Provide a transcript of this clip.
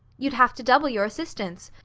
you'd have to double your assistants.